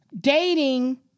dating